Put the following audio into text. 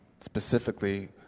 specifically